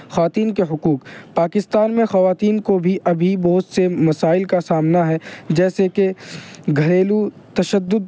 خواتین کے حقوق پاکستان میں خواتین کو بھی ابھی بہت سے مسائل کا سامنا ہے جیسے کہ گھریلو تشدد